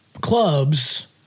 clubs